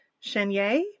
Chenier